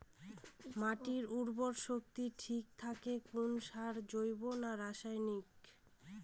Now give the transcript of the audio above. মাটির উর্বর শক্তি ঠিক থাকে কোন সারে জৈব না রাসায়নিক?